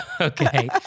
Okay